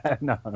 no